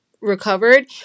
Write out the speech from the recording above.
recovered